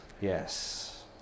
yes